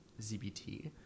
ZBT